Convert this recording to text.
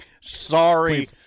Sorry